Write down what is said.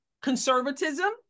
conservatism